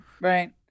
right